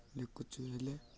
ଦେଖୁଛୁ ହେଲେ